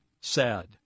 sad